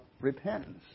repentance